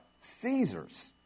Caesar's